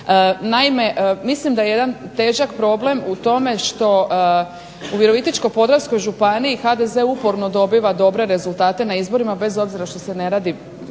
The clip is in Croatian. Naime, mislim da je jedan težak problem u tome što u Virovitičko-Podravskoj županiji HDZ uporno dobiva dobre rezultate na izborima bez obzira što se ne radi